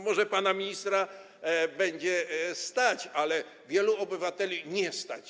Może pana ministra będzie stać, ale wielu obywateli na to nie stać.